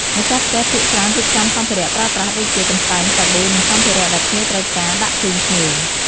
ម្ចាស់ផ្ទះភាគច្រើនរៀបចំសម្ភារៈប្រើប្រាស់ដូចជា កន្សែង សាប៊ូ និងសម្ភារៈដែលភ្ញៀវត្រូវការ ដាក់ជូនភ្ញៀវ។